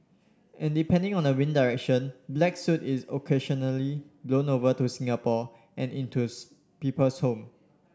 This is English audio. and depending on the wind direction black soot is occasionally blown over to Singapore and into people's home